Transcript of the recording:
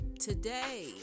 today